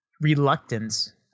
reluctance